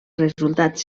resultats